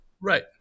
Right